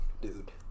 Dude